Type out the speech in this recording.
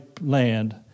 land